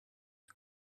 you